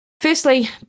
firstly